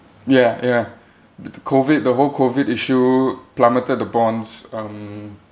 ya ya t~ COVID the whole COVID issue plummeted the bonds um